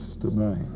tonight